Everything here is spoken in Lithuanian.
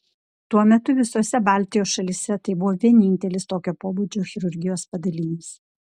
tuo metu visose baltijos šalyse tai buvo vienintelis tokio pobūdžio chirurgijos padalinys